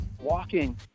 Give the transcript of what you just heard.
walking